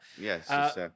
Yes